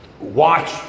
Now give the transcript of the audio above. watch